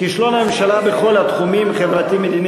כישלון הממשלה בכל התחומים, החברתי, המדיני